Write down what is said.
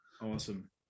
awesome